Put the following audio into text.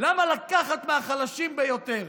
למה לקחת מהחלשים ביותר?